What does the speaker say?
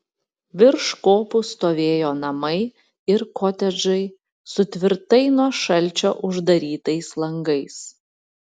virš kopų stovėjo namai ir kotedžai su tvirtai nuo šalčio uždarytais langais